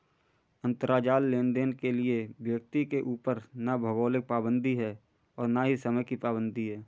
अंतराजाल लेनदेन के लिए व्यक्ति के ऊपर ना भौगोलिक पाबंदी है और ना ही समय की पाबंदी है